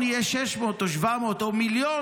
זה יהיה 600,000 או 700,000 או מיליון,